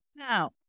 Now